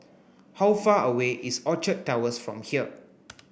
how far away is Orchard Towers from here